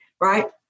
right